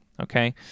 Okay